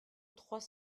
trois